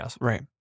Right